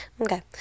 Okay